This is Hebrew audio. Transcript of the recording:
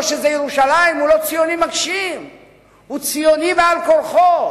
שזו ירושלים הוא לא ציוני מגשים אלא ציוני בעל כורחו,